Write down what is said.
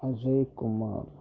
Ajay Kumar